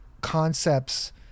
concepts